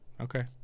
Okay